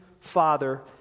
father